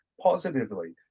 positively